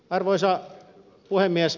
arvoisa puhemies